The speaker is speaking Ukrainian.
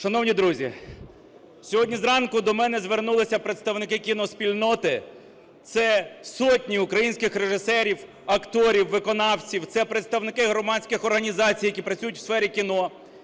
Шановні друзі, сьогодні зранку до мене звернулися представники кіноспільноти, це сотні українських режисерів, акторів, виконавців, це представники громадських організацій, які працюють в сфері кіно,